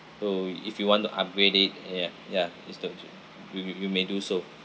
so if you want to upgrade it uh ya ya it's up to you you you may do so